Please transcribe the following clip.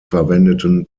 verwendeten